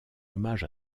hommage